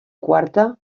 quarta